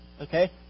Okay